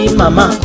mama